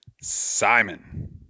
Simon